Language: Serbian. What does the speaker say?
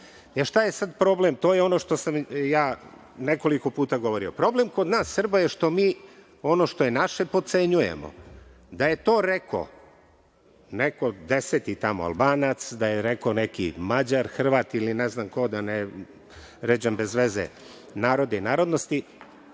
toga. Šta je sada problem? To je ono što sam nekoliko puta govorio. Problem kod nas Srba je što mi ono što je naše potcenjujemo. Da je to rekao neko deseti tamo, Albanac, da je rekao neki Mađar, Hrvat ili ne znam, da ne ređam bez veze narode i narodnosti